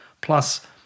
Plus